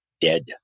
dead